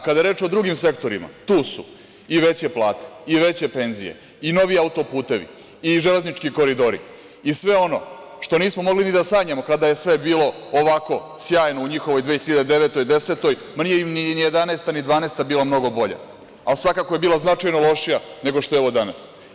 Kada je reč o drugim sektorima, tu su i veće plate, veće penzije, novi auto-putevi, železnički koridori i sve ono što nismo mogli ni da sanjamo kada je sve bilo ovako sjajno u njihovoj 2009, 2010. ma, nije im ni 2011. ni 2012. godina, bila mnogo bolja, ali svakako je bila lošija nego što je ovo danas.